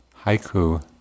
haiku